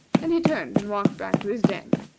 and he turned and walked back to his den.